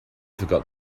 forgot